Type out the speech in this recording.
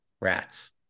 rats